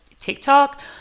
TikTok